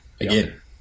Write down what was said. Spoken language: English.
Again